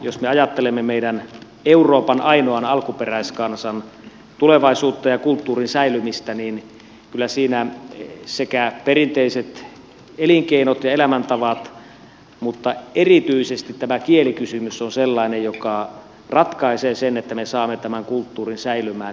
jos me ajattelemme meidän euroopan ainoan alkuperäiskansan tulevaisuutta ja kulttuurin säilymistä niin kyllä siinä perinteiset elinkeinot ja elämäntavat mutta erityisesti tämä kielikysymys on sellainen joka ratkaisee sen että me saamme tämän kulttuurin säilymään